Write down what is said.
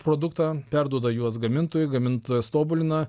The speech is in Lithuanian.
produktą perduoda juos gamintojui gamintojas tobulina